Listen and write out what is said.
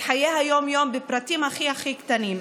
את חיי היום-יום בפרטים הכי הכי קטנים.